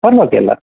ಪರವಾಗಿಲ್ಲ